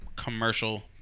commercial